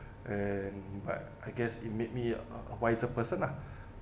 and but I guess it made me a wiser person lah